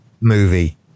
movie